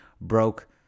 broke